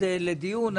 עוד יבוא לכאן לדיון.